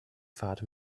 fahrt